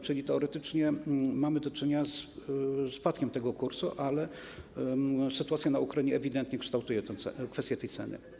Czyli teoretycznie mamy do czynienia ze spadkiem tego kursu, ale sytuacja na Ukrainie ewidentnie kształtuje kwestię tej ceny.